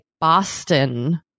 Boston